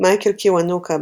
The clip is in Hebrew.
מייקל קיוונוקה,